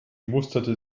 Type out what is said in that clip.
musterte